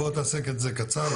תעשה את זה קצר.